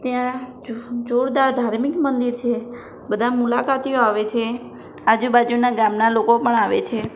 ત્યાં જોરદાર ધાર્મિક મંદિર છે બધા મુલાકાતીઓ આવે છે આજુબાજુનાં ગામનાં લોકો પણ આવે છે